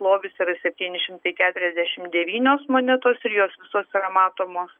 lobis yra septyni šimtai keturiasdešimt devynios monetos ir jos visos yra matomos